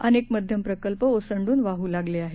अनेक मध्यम प्रकल्प ओसंडून वाहू लागले आहेत